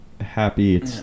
happy